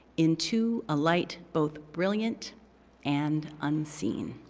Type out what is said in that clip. into a light both brilliant and unseen.